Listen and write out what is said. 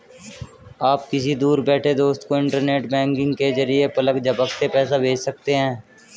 आप किसी दूर बैठे दोस्त को इन्टरनेट बैंकिंग के जरिये पलक झपकते पैसा भेज सकते हैं